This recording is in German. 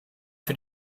für